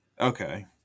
Okay